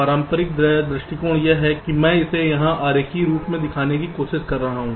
पारंपरिक दृष्टिकोण यह है कि मैं इसे यहां आरेखीय रूप से दिखाने की कोशिश कर रहा हूं